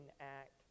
act